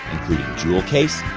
jewel case,